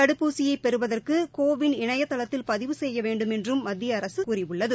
தடுப்பூசியை பெறுவதற்கு கோவின் இணையதளத்தில் பதிவு செய்ய வேண்டும் என்றும் மத்திய அரசு கூறியுள்ளது